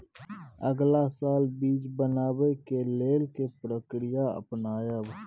अगला साल बीज बनाबै के लेल के प्रक्रिया अपनाबय?